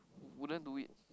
wouldn't do it